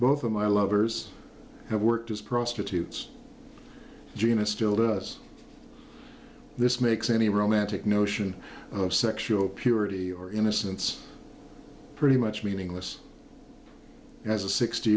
both of my lovers have worked as prostitutes gina still does this makes any romantic notion of sexual purity or innocence pretty much meaningless as a sixt